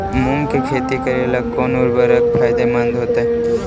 मुंग के खेती करेला कौन उर्वरक फायदेमंद होतइ?